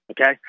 Okay